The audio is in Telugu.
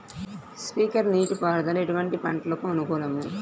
స్ప్రింక్లర్ నీటిపారుదల ఎటువంటి పంటలకు అనుకూలము?